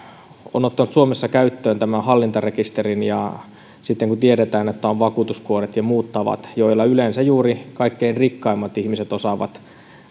on suomessa käyttöön hallintarekisterin ja kun tiedetään että on vakuutuskuoret ja muut tavat joilla yleensä juuri kaikkein rikkaimmat ihmiset osaavat